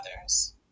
others